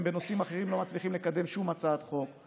בנושאים אחרים לא מצליחים לקדם שום הצעת חוק,